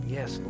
Yes